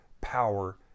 power